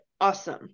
Awesome